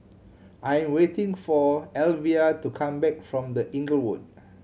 I'm waiting for Elvia to come back from The Inglewood